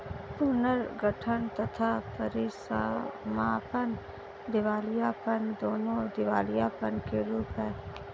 पुनर्गठन तथा परीसमापन दिवालियापन, दोनों दिवालियापन के रूप हैं